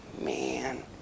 man